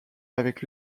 avec